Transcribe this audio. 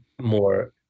more